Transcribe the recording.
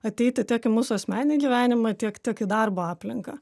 ateiti tiek į mūsų asmeninį gyvenimą tiek tiek į darbo aplinką